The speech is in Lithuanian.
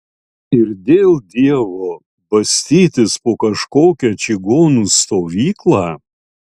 ir dėl dievo bastytis po kažkokią čigonų stovyklą